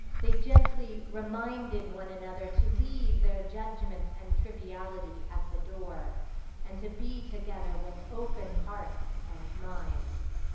they gently reminded one another to leave their judgment and triviality at the door and to be together with open hearts and minds.